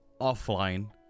offline